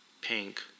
Pink